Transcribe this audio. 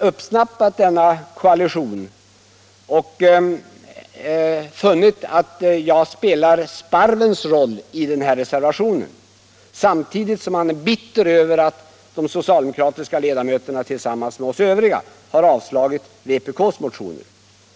uppsnappat denna ”koalition”. Han ansåg att jag spelar sparvens roll i den här reservationen. Samtidigt är han bitter över att de socialdemokratiska ledamöterna tillsammans med de övriga har avstyrkt vpk:s motioner.